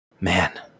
man